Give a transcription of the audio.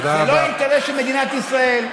זה לא אינטרס של מדינת ישראל,